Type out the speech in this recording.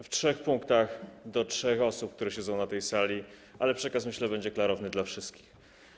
W trzech punktach do trzech osób, które siedzą na tej sali, ale przekaz, myślę, będzie klarowny dla wszystkich.